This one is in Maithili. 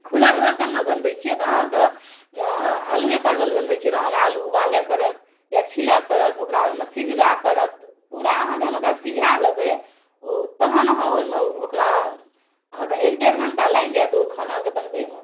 खुलल बर्तनमे बनबै छियै तऽअहाँके आलुये परवल बनबै छी तऽ आलु उबालऽ पड़त या छीलै पड़त ओकरा ओहिमे सिझबै पड़त पुरा अहाँ जहन ओकरा सिझा लेबै तहन अहाँ ओहिमे ओकरा अहाँके एक डेढ़ घण्टा लागि जायत ओ खाना बनबैमे